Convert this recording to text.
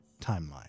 timeline